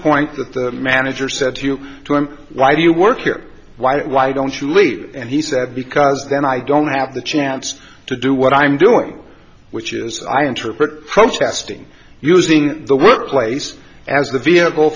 point that the manager said to you to him why do you work here why why don't you leave and he said because then i don't have the chance to do what i'm doing which is i interpret protesting using the workplace as the vehicle